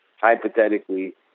hypothetically